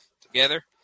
together